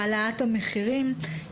והעלאת המחירים.